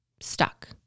stuck